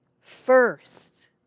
first